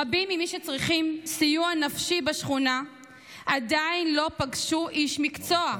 רבים ממי שצריכים סיוע נפשי בשכונה עדיין לא פגשו איש מקצוע,